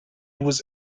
was